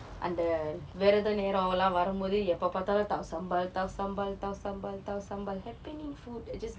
அந்த விரத நேரம் எல்லாம் வரும்போது எப்போ பார்த்தாலும்: antha viratha neram ellam varumpothu eppo paarthalum tausambal tausambal tausambal tausambal happening food jus~